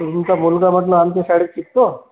तुमचा मुलगा म्हटलं आमच्या शाळेत शिकतो